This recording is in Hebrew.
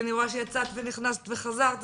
אחריה